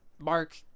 Mark